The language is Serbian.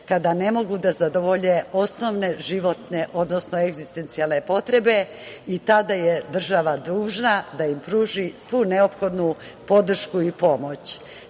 kada ne mogu da zadovolje osnovne životne, odnosno egzistencijalne potrebe i tada je država dužna da im pruži svu neophodnu podršku i